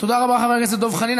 תודה רבה, חבר הכנסת דב חנין.